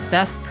Beth